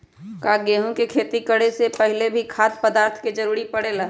का गेहूं के खेती करे से पहले भी खाद्य पदार्थ के जरूरी परे ले?